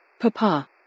Papa